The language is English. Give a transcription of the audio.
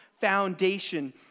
foundation